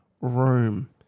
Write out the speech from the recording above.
room